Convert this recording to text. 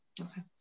okay